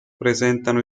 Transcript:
presentano